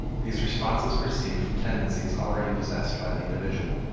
these responses proceed from tendencies already possessed by the individual.